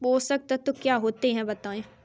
पोषक तत्व क्या होते हैं बताएँ?